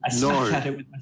no